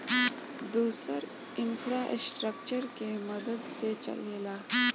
दुसर इन्फ़्रास्ट्रकचर के मदद से चलेला